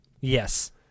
Yes